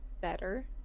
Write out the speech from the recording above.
better